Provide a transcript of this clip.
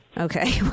Okay